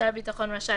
שר הביטחון רשאי,